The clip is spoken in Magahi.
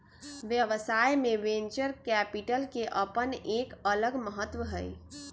व्यवसाय में वेंचर कैपिटल के अपन एक अलग महत्व हई